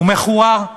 הוא מכוער?